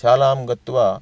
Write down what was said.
शालां गत्वा